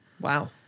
Wow